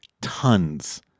tons